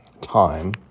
time